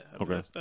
Okay